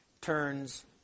turns